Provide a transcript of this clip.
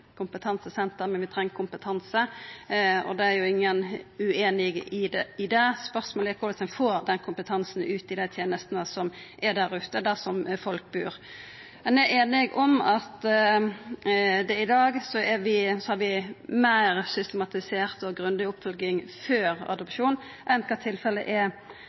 treng ikkje eit kompetansesenter, men vi treng kompetanse. Ingen er jo ueinig i det. Spørsmålet er korleis ein får den kompetansen ut i dei tenestene som er der ute, der som folk bur. Ein er einig om at i dag har vi meir systematisert og grundig oppfølging før adopsjon enn kva tilfellet er